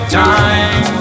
time